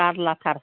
जारलाथार